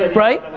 and right?